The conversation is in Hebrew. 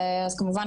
אז כמובן,